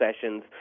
sessions